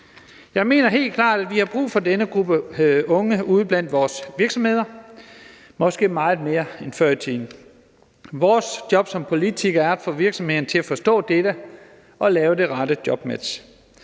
Jeg mener helt klart, at vi har brug for denne gruppe unge ude blandt vores virksomheder, måske meget mere end før i tiden. Vores job som politikere er at få virksomhederne til at forstå dette og lave det rette jobmatch.